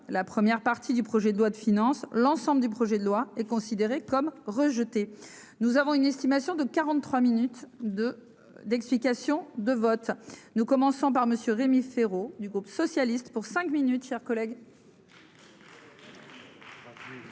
la première partie du projet de loi de finances, l'ensemble du projet de loi est considéré comme rejeté, nous avons une estimation de 43 minutes de d'explication de vote, nous commençons par monsieur Rémi Féraud, du groupe socialiste, pour cinq minutes chers collègues.